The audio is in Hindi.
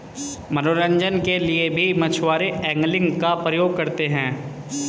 मनोरंजन के लिए भी मछुआरे एंगलिंग का प्रयोग करते हैं